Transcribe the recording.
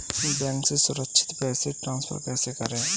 Bank से सुरक्षित पैसे ट्रांसफर कैसे करें?